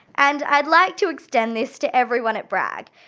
and i'd like to extend this to everyone at bragg.